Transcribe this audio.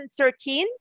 2013